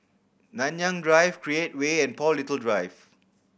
Nanyang Drive Create Way and Paul Little Drive